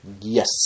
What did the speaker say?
Yes